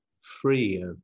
free